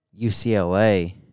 UCLA